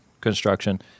construction